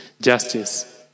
justice